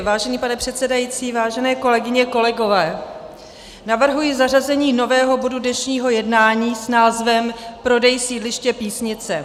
Vážený pane předsedající, vážené kolegyně a kolegové, navrhuji zařazení nového bodu dnešního jednání s názvem Prodej sídliště Písnice.